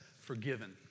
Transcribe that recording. forgiven